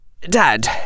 Dad